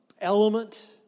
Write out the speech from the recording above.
element